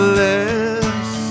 less